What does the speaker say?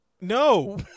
No